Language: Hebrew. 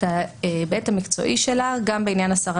את ההיבט המקצועי שלו גם בעניין הסרת